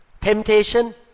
temptation